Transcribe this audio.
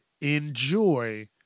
enjoy